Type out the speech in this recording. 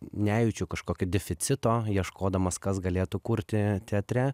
nejaučiu kažkokio deficito ieškodamas kas galėtų kurti teatre